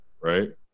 right